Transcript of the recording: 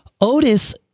Otis